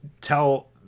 tell